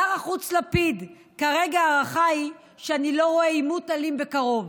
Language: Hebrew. שר החוץ לפיד: כרגע ההערכה היא שאני לא רואה עימות אלים בקרוב.